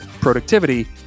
productivity